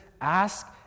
Ask